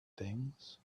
things